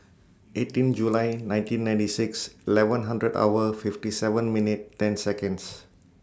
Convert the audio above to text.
eighteen July nineteen ninety six eleven hundred hour fifty seven minute ten Seconds